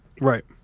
Right